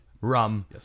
rum